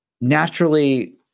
naturally